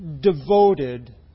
devoted